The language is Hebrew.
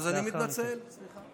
שר החינוך יואב